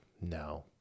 No